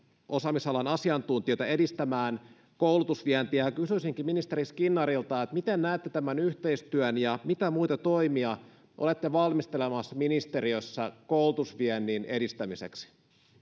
osaamisalan asiantuntijoita edistämään koulutusvientiä ja kysyisinkin ministeri skinnarilta miten näette tämän yhteistyön ja mitä muita toimia olette valmistelemassa ministeriössä koulutusviennin edistämiseksi